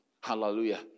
Hallelujah